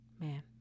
man